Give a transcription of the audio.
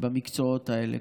במקצועות האלה,